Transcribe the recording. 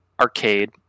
arcade